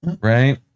right